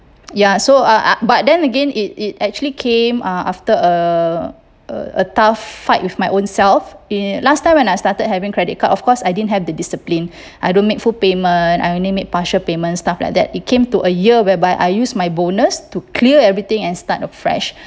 ya so uh but then again it it actually came uh after a a tough fight with my own self eh last time when I started having credit card of course I didn't have the discipline I don't make full payment I only made partial payments stuff like that it came to a year whereby I use my bonus to clear everything and start afresh